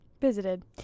visited